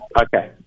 Okay